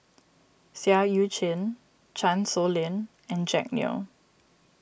Seah Eu Chin Chan Sow Lin and Jack Neo